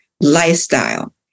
lifestyle